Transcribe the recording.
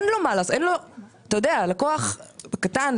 הלקוח הקטן,